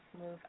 move